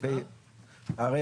הרי,